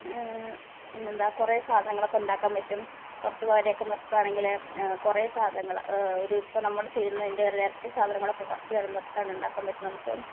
പിന്നെ എന്താണ് കുറേ സാധനങ്ങളൊക്കെ ഉണ്ടാക്കാൻ പറ്റും കുറച്ച് പേരെയൊക്കെ നിര്ത്തുവാണെങ്കിൽ കുറേ സാധനങ്ങൾ ഒരു ഇപ്പോൾ നമ്മൾ ചെയ്യുന്നതിന്റെ ഒരു ഇരട്ടി സാധനങ്ങളൊക്കെ കുറച്ച് പേരെ നിര്ത്തുവാണെന്ന് ഉണ്ടെങ്കിൽ ഉണ്ടാക്കാൻ പറ്റും നമുക്ക്